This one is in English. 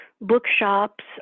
bookshops